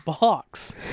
box